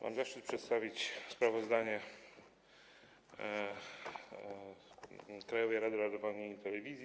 Mam zaszczyt przedstawić sprawozdanie Krajowej Rady Radiofonii i Telewizji.